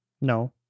no